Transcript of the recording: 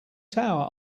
tower